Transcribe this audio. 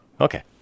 Okay